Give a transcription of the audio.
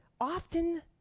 often